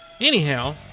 anyhow